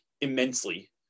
immensely